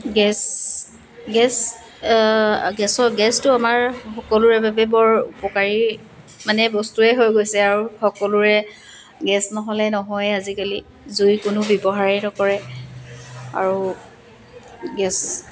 gas gas গেছৰ গেছটো আমাৰ সকলোৰে বাবে বৰ উপকাৰী মানে বস্তুৱেই হৈ গৈছে আৰু সকলোৰে গেছ নহ'লে নহয়েই আজিকালি জুইৰ কোনো ব্যৱহাৰেই নকৰে আৰু গেছ